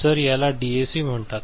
तर याला डीएसी म्हणतात